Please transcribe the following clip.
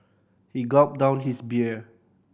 he gulped down his beer